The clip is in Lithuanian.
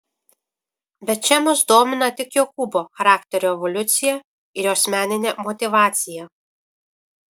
bet čia mus domina tik jokūbo charakterio evoliucija ir jos meninė motyvacija